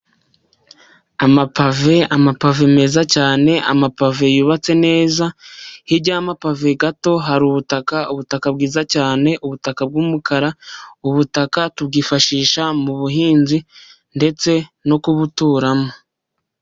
Amapave, amapave meza cyane, amapave yubatse neza, hirys y'amapave gato, hari ubutaka, ubutaka bwiza cyane, ubutaka bw'umukara, ubutaka tubwifashisha mu buhinzi, ndetse no kubuturamo.